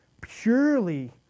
purely